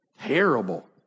terrible